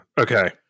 Okay